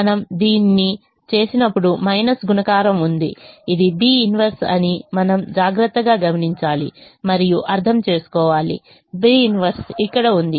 మనము దీన్ని చేసినప్పుడు మైనస్ గుణకారం ఉంది ఇది B 1 అని మనం జాగ్రత్తగా గమనించాలి మరియు అర్థం చేసుకోవాలి B 1 ఇక్కడ ఉంది